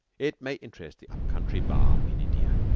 it may interest the up-country bar in india.